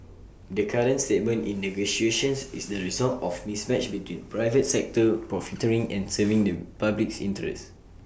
the current stalemate in negotiations is the result of mismatch between private sector profiteering and serving the public's interests